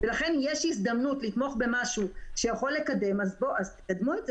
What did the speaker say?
יש הזדמנות לתמוך במשהו שיקדם, אז קדמו את זה.